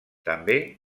també